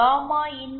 gamma in